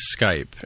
Skype